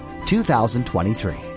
2023